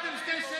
העליתם ב-2 שקל,